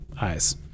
eyes